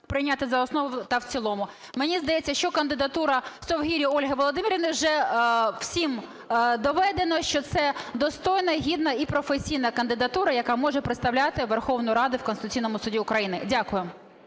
прийняти за основу та в цілому. Мені здається, що кандидатура Совгирі Ольги Володимирівни, вже всім доведено, що це достойна, гідна і професійна кандидатура, яка може представляти Верховну Раду у Конституційному Суді України. Дякую.